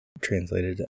translated